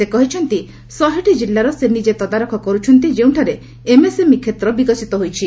ସେ କହିଛନ୍ତି ଶହେଟି ଜିଲ୍ଲାର ସେ ନିଜେ ତଦାରଖ କରୁଛନ୍ତି ଯେଉଁଠାରେ ଏମ୍ଏସ୍ଏମ୍ଇ କ୍ଷେତ୍ର ବିକଶିତ ହୋଇଛି